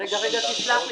--- תסלח לי,